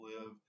live